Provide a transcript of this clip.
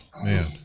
man